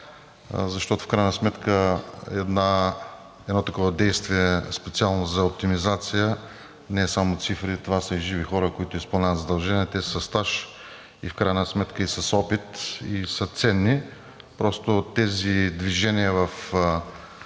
защото в крайна сметка едно такова действие – специално за оптимизация, не е само цифри, това са и живи хора, които изпълняват задълженията си. Те са със стаж, в крайна сметка и с опит, и са ценни. Просто тези движения до